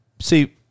See